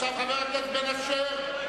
חבר הכנסת בן-ארי,